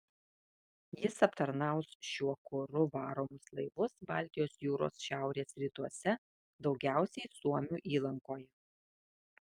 jis aptarnaus šiuo kuru varomus laivus baltijos jūros šiaurės rytuose daugiausiai suomių įlankoje